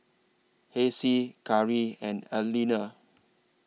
Hassie Kari and Aleena